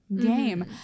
game